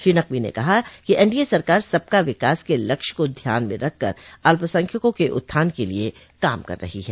श्री नकवी ने कहा कि एन डी ए सरकार सबका विकास के लक्ष्य को ध्यान में रखकर अल्पसंख्यकों के उत्थान के लिए काम कर रही है